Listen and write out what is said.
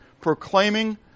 proclaiming